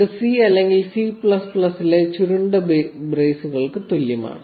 ഇത് C അല്ലെങ്കിൽ C ലെ ചുരുണ്ട ബ്രേസുകൾക്ക് തുല്യമാണ്